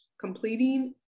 completing